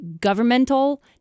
governmental